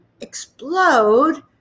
explode